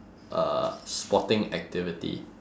uh sporting activity